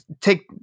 take